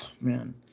man